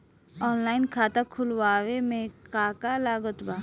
Online खाता खुलवावे मे का का लागत बा?